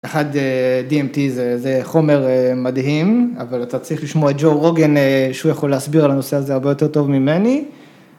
אחד DMT זה חומר מדהים, אבל אתה צריך לשמוע את ג'ו רוגן שהוא יכול להסביר על הנושא הזה הרבה יותר טוב ממני.